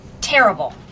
terrible